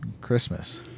Christmas